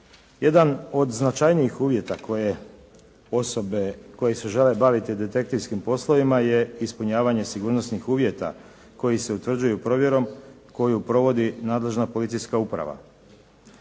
Jedan od značajnijih uvjeta koje osobe koje se žele baviti detektivskim poslovima je ispunjavanje sigurnosnih uvjeta koji se utvrđuju provjerom koju provodi nadležna policijska uprava.